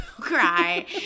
cry